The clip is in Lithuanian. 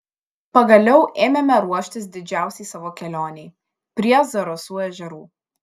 pagaliau ėmėme ruoštis didžiausiai savo kelionei prie zarasų ežerų